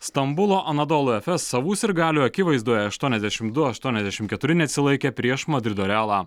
stambulo anodolafes savų sirgalių akivaizdoje aštuoniasdešimt du aštuoniasdešimt keturi neatsilaikė prieš madrido realą